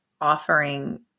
offering